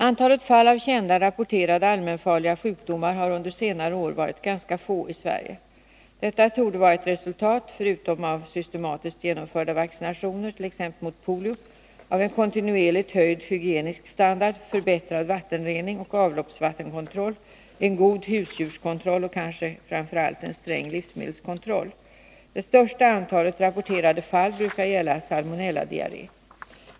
Antalet fall av kända, rapporterade allmänfarliga sjukdomar har under senare år varit ganska få i Sverige. Detta torde vara ett resultat — förutom av systematiskt genomförda vaccinationer, t.ex. mot polio — av en kontinuerligt höjd hygienisk standard, förbättrad vattenrening och avloppsvattenkontroll, en god husdjurskontroll och kanske framför allt en sträng livsmedelskontroll. Det största antalet rapporterade fall brukar gälla salmonelladiarré.